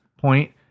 point